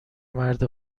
مرد